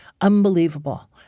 Unbelievable